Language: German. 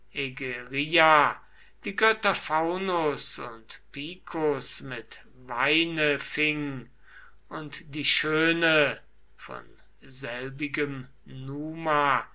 die götter faunus und picus mit weine fing und die schöne von selbigem numa